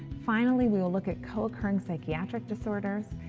finally, we will look at co-occurring psychiatric disorders,